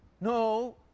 No